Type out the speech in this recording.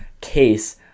case